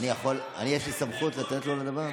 יש לי סמכות לתת לו לדבר?